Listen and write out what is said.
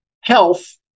Health